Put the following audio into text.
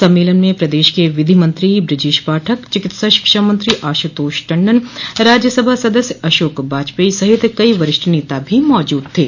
सम्मेलन में प्रदेश को विधि मंत्री बृजेश पाठक चिकित्सा शिक्षा मंत्री आशुतोष टण्डन राज्यसभा सदस्य अशोक बाजपेई सहित कई वरिष्ठ नेता भी मौजूद थे